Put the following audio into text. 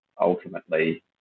ultimately